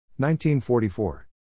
1944